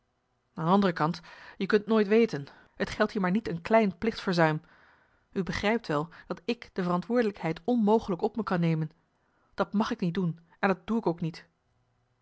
de andere kant je kunt nooit weten het geldt hier maar niet een klein plichtsverzuim u begrijpt wel dat ik de verantwoordelijkheid onmogelijk op me kan nemen dat mag ik niet doen en dat doe ik ook niet